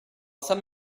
some